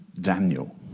Daniel